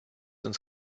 ins